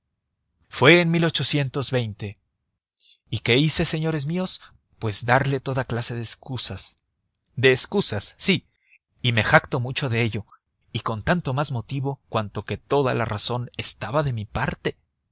fue en y qué hice señores míos pues darle toda clase de excusas de excusas sí y me jacto mucho de ello y con tanto más motivo cuanto que toda la razón estaba de mi parte